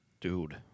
Dude